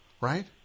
Right